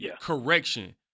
correction